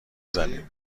زدیم